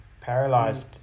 paralyzed